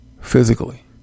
Physically